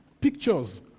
pictures